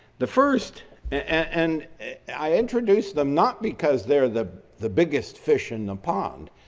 the first and i'll introduce them not because they're the the biggest fish in the pond,